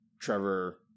Trevor